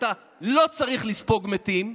ואתה לא צריך לספוג מתים,